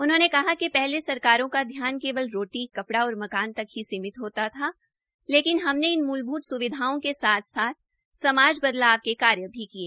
उन्होंने कहा कि पहले सरकारों का ध्यान केवल रोटी कपड़ा और मकान तक ही सीमित होता था लेकिन हमने इन मूलभूत सुविधाओं के साथ साथ समाज बदलाव के कार्य भी किए